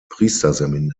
priesterseminar